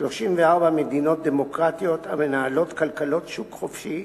34 מדינות דמוקרטיות, המנהלות כלכלות שוק חופשי,